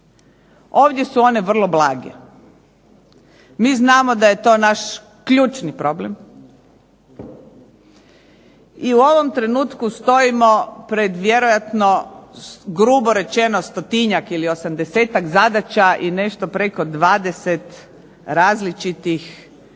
One su ovdje vrlo blage. Mi znamo da je to naš ključni problem. I u ovom trenutku stojim pred vjerojatno grubo rečeno stotinjak ili 80-ak zadaća i nešto preko 20 različitih mjerila